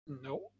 No